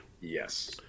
Yes